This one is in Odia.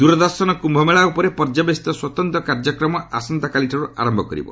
ଦୂରଦର୍ଶନ କ୍ୟୁମେଳା ଉପରେ ପର୍ଯ୍ୟବେଶିତ ସ୍ୱତନ୍ତ କାର୍ଯ୍ୟକ୍ରମ ଆସନ୍ତାକାଲି ଠାରୁ ଆରମ୍ଭ କରିବ